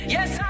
Yes